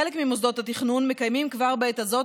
חלק ממוסדות התכנון מקיימים כבר בעת הזאת